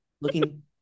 looking